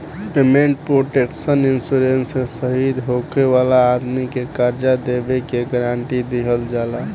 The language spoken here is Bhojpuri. पेमेंट प्रोटेक्शन इंश्योरेंस से शहीद होखे वाला आदमी के कर्जा देबे के गारंटी दीहल जाला